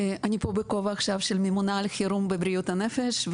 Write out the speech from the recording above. אני פה בכובע עכשיו של ממונה על חירום בבריאות הנפש,